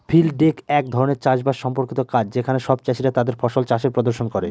field day এক ধরনের চাষ বাস সম্পর্কিত কাজ যেখানে সব চাষীরা তাদের ফসল চাষের প্রদর্শন করে